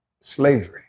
slavery